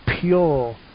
pure